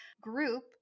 group